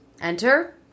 Enter